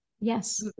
yes